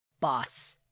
boss